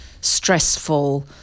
stressful